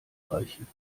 reichen